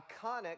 iconic